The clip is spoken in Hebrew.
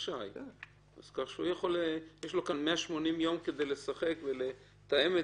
יש לו כאן 180 יום כדי לשחק ולתאם את